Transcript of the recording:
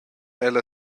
ella